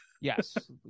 Yes